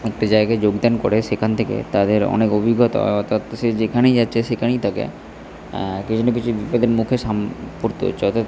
একটি জায়গায় যোগদান করে সেখান থেকে তাদের অনেক অভিজ্ঞতা হয় অর্থাৎ সে যেখানেই যাচ্ছে সেখানেই তাকে কিছু না কিছু বিপদের মুখে পড়তে হচ্ছে অর্থাৎ